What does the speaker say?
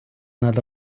над